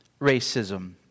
racism